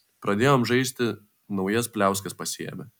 pradėjom žaisti naujas pliauskas pasiėmę